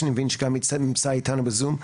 שאני מבין שגם נמצא איתנו בזום,